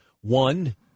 One